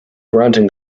granting